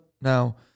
now